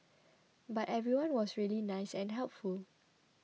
but everyone was really nice and helpful